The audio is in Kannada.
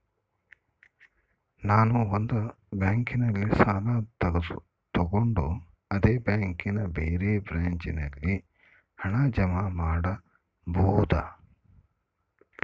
ನಾನು ಒಂದು ಬ್ಯಾಂಕಿನಲ್ಲಿ ಸಾಲ ತಗೊಂಡು ಅದೇ ಬ್ಯಾಂಕಿನ ಬೇರೆ ಬ್ರಾಂಚಿನಲ್ಲಿ ಹಣ ಜಮಾ ಮಾಡಬೋದ?